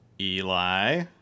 Eli